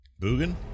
Boogan